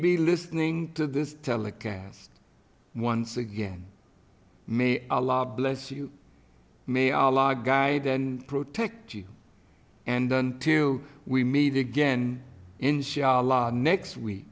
be listening to this telecast once again may allow bless you may allah guide and protect you and until we meet again inshallah next week